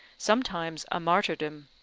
sometimes a martyrdom,